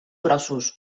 grossos